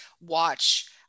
watch